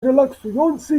relaksujący